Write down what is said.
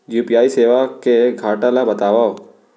UPI सेवा के घाटा ल बतावव?